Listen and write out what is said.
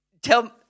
Tell